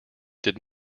did